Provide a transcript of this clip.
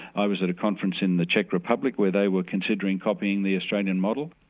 i was at a conference in the czech republic where they were considering copying the australian model.